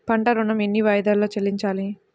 పంట ఋణం ఎన్ని వాయిదాలలో చెల్లించాలి?